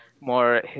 more